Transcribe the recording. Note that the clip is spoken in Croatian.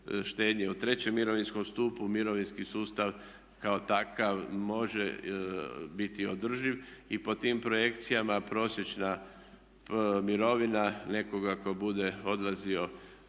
u III. mirovinskom stupu, mirovinski sustav kao takav može biti održiv. I po tim projekcijama prosječna mirovina nekoga tko bude odlazio